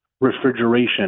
refrigeration